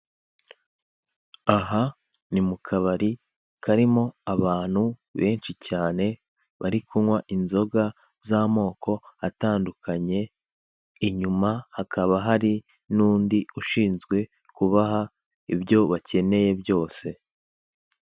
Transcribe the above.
Aha ni mu kabari karimo abantu benshi cyane bari kunkwa inzoga z'amoko atandukanye inyuma hakaba hari nundi ushinzwe kubaha ibyo bakeneye byose.